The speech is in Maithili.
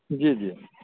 जी जी